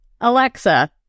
Alexa